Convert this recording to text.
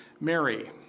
Mary